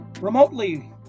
remotely